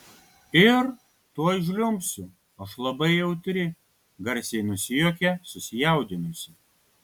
ir tuoj žliumbsiu aš labai jautri garsiai nusijuokia susijaudinusi